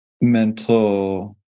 mental